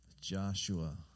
Joshua